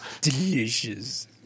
Delicious